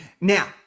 Now